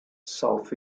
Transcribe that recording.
south